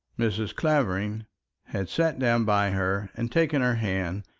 mrs. clavering had sat down by her and taken her hand,